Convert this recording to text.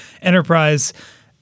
enterprise